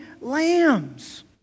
lambs